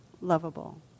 lovable